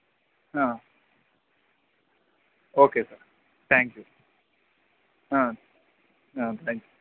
okay sir thank you thank you